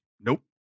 nope